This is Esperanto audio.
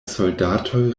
soldatoj